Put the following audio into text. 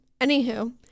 anywho